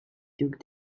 took